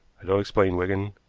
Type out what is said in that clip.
i don't explain, wigan,